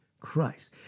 Christ